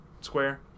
Square